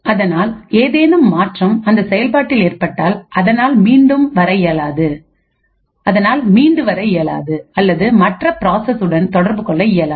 அதனால் ஏதேனும் மாற்றம் அந்த செயல்பாட்டில் ஏற்பட்டால் அதனால் மீண்டு வர இயலாது அல்லது மற்ற ப்ராசஸ் உடன் தொடர்பு கொள்ள இயலாது